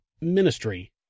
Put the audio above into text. ministry